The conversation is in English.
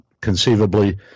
conceivably